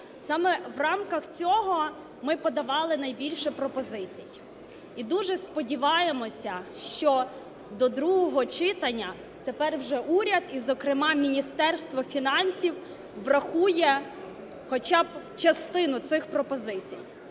Саме в рамках цього ми подавали найбільше пропозицій. І дуже сподіваємося, що до другого читання тепер вже уряд, і зокрема Міністерство фінансів, врахує хоча б частину цих пропозицій.